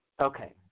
Okay